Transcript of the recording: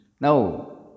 Now